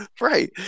right